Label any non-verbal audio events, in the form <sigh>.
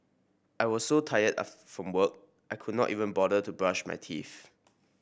I was so tired <unintelligible> from work I could not even bother to brush my teeth